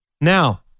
now